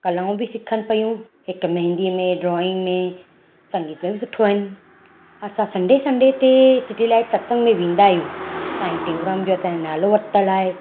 कलाऊं बि सिखनि पियूं हिकु महंदी में ड्रॉइंग में संगीत में बि सुठो आहिनि असां संडे संडे ते सिटीलाइट लाइ सत्संग में वेंदा आहियूं साईं टेउराम जो असांजो नालो वरितलु आहे